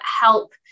help